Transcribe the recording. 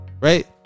Right